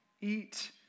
eat